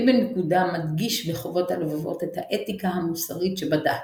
אבן פקודה מדגיש ב"חובות הלבבות" את האתיקה המוסרית שבדת,